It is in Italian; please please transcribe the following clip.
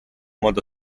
modo